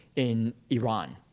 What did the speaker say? in iran.